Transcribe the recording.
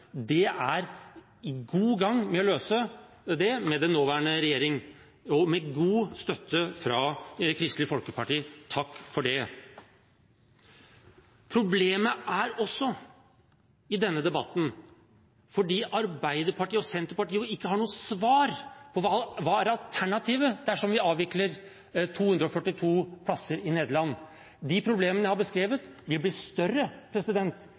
Det er vi godt i gang med å løse med den nåværende regjering og med god støtte fra Kristelig Folkeparti. – Takk for det. Problemet er også i denne debatten fordi Arbeiderpartiet og Senterpartiet ikke har noe svar. Hva er alternativet dersom vi avvikler 242 plasser i Nederland? De problemene jeg har beskrevet, blir større